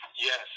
Yes